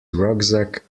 rucksack